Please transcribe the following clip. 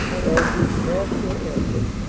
belgium s national anthem,